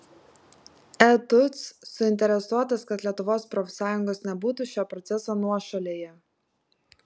etuc suinteresuotas kad lietuvos profsąjungos nebūtų šio proceso nuošalėje